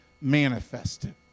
manifested